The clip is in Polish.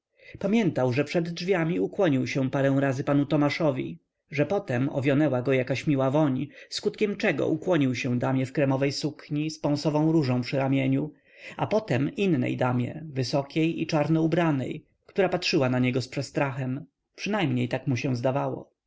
pamiętał że przede drzwiami ukłonił się parę razy panu tomaszowi że potem owionęła go jakaś miła woń skutkiem czego ukłonił się damie w kremowej sukni z pąsową różą przy ramieniu a potem innej damie wysokiej i czarno ubranej która patrzyła na niego z przestrachem przynajmniej tak mu się zdawało